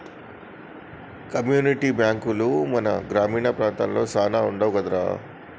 community బాంకులు మన గ్రామీణ ప్రాంతాలలో సాన వుండవు కదరా